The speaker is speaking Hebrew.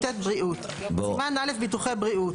אם אפשר רק להגיב לזה.